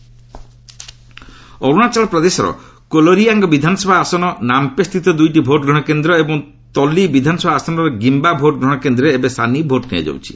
Arunachal repolling Arunachal ପ୍ରଦେଶର କୋଲରିଆଙ୍ଗ ବିଧାନସଭା ଆସନର ନାମ୍ପ୍ରେ ସ୍ଥିତ ଦୁଇଟି ଭୋଟ୍ ଗ୍ରହଣ କେନ୍ଦ୍ର ଏବଂ ତଲି ବିଧାନସଭା ଆସନର ଗିମ୍ବା ଭୋଟ୍ ଗ୍ରହଣ କେନ୍ଦ୍ରରେ ଏବେ ସାନି ଭୋଟ୍ ନିଆଯାଉଛି